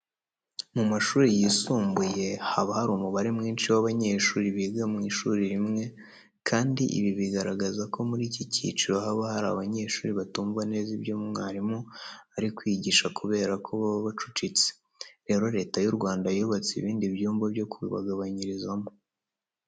Mu mashuri yisumbuye haba hari umubare mwinshi w'abanyeshuri biga mu ishuri rimwe kandi ibi bigaragaza ko muri iki cyiciro haba hari abanyeshuri batumva neza ibyo mwarimu ari kwigisha kubera ko baba bacucitse. Rero, Leta y'u Rwanda yubatse ibindi byumba byo kubagabanyirizamo.